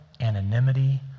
anonymity